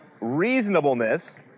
reasonableness